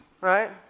right